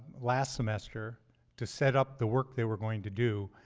last semester to set up the work they were going to do,